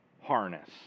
harness